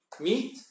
meat